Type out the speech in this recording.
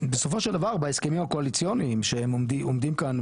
שבסופו של דבר בהסכמים הקואליציוניים שהם עומדים כאן,